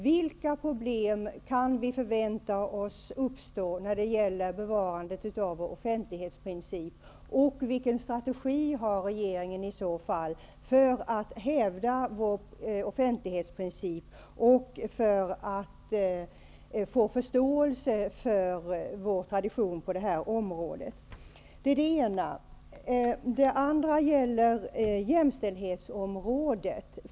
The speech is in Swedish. Vilka problem kan vi förvänta oss kommer att uppstå när det gäller bevarandet av offentlighetsprincipen? Vilken strategi har regeringen i så fall för att hävda vår offentlighetsprincip och för att få förståelse för vår tradition på det här området? Jag vill även ta upp frågan om jämställdheten.